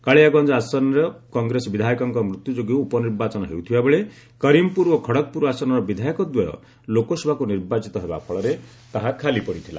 କାଳିଆଗଞ୍ଜ ଆସନର କଂଗ୍ରେସ ବିଧାୟକଙ୍କ ମୃତ୍ୟୁ ଯୋଗୁଁ ଉପନିର୍ବାଚନ ହେଉଥିବା ବେଳେ କରିମପୁର ଓ ଖଡ଼ଗପୁର ଆସନର ବିଧାୟକ ଦ୍ୱୟ ଲୋକସଭାକୁ ନିର୍ବାଚିତ ହେବା ଫଳରେ ତାହା ଖାଲି ପଡ଼ିଥିଲା